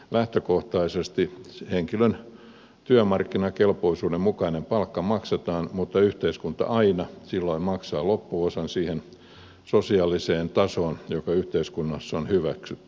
lähtökohtaisesti henkilön työmarkkinakelpoisuuden mukainen palkka maksetaan mutta yhteiskunta aina silloin maksaa loppuosan siihen sosiaaliseen tasoon joka yhteiskunnassa on hyväksytty